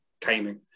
timing